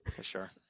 sure